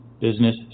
business